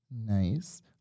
Nice